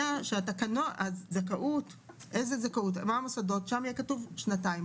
שהמוסדות שיש להם זכאות שם יהיה שנתיים.